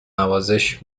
نوازش